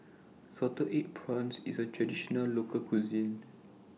Salted Egg Prawns IS A Traditional Local Cuisine